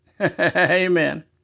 Amen